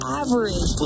average